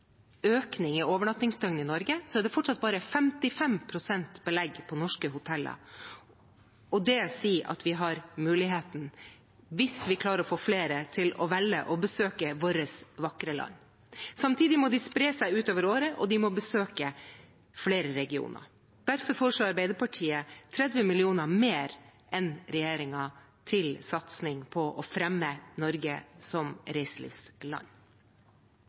økning i overnattingsdøgn i Norge, er det fortsatt bare 55 pst. belegg på norske hoteller, og det tilsier at vi har muligheten hvis vi klarer å få flere til å velge å besøke vårt vakre land. Samtidig må de spre seg ut over året, og de må besøke flere regioner. Derfor foreslår Arbeiderpartiet 30 mill. kr mer enn regjeringen til satsing på å fremme Norge som reiselivsland.